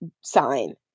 sign